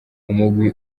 umugwi